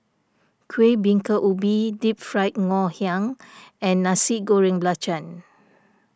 Kueh Bingka Ubi Deep Fried Ngoh Hiang and Nasi Goreng Belacan